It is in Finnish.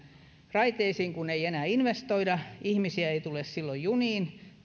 raiteisiin kun ei enää investoida ihmisiä ei tule silloin juniin